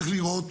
צריך לראות,